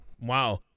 Wow